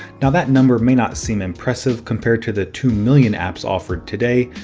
now that number may not seem impressive compared to the two million apps offered today,